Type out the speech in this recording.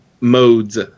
modes